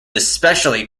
especially